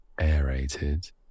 aerated